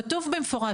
כתוב במפורש,